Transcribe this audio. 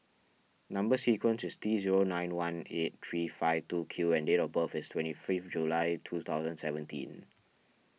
Number Sequence is T zero nine one eight three five two Q and date of birth is twenty fifth July two thousand seventeen